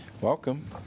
Welcome